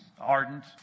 ardent